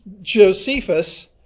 Josephus